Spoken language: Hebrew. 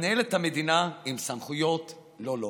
ומנהל את המדינה עם סמכויות לא לו.